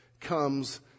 comes